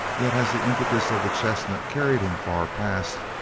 yet as the impetus of the chestnut carried him far past,